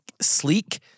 sleek